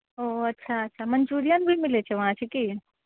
ओ अच्छा अच्छा मञ्चूरियन भी मिलै छै वहाँ अच्छा की